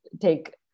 take